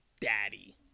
daddy